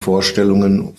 vorstellungen